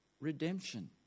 redemption